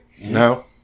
No